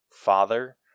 father